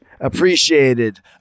appreciated